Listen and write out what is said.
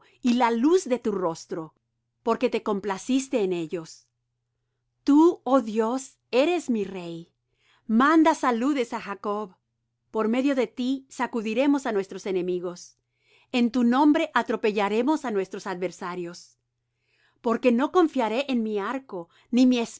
y la luz de tu rostro porque te complaciste en ellos tú oh dios eres mi rey manda saludes á jacob por medio de ti sacudiremos á nuestros enemigos en tu nombre atropellaremos á nuestros adversarios porque no confiaré en mi arco